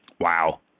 Wow